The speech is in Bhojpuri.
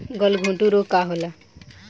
गलघोंटु रोग का होला?